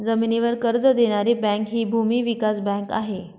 जमिनीवर कर्ज देणारी बँक हि भूमी विकास बँक आहे